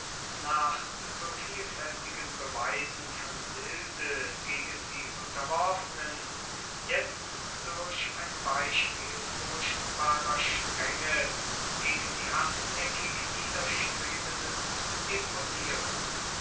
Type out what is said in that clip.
nach so vielfältigen beweisen von milde gegen die unterworfenen jetzt durch ein beispiel furchtbarer strenge gegen die hartnäckig widerstrebenden zu imponieren